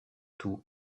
tout